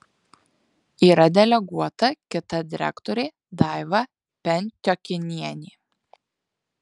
yra deleguota kita direktorė daiva pentiokinienė